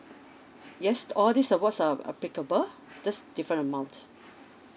yes all this awards are applicable just different amount